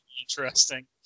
interesting